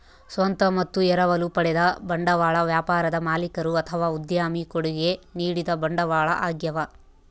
ಸ್ವಂತ ಮತ್ತು ಎರವಲು ಪಡೆದ ಬಂಡವಾಳ ವ್ಯಾಪಾರದ ಮಾಲೀಕರು ಅಥವಾ ಉದ್ಯಮಿ ಕೊಡುಗೆ ನೀಡಿದ ಬಂಡವಾಳ ಆಗ್ಯವ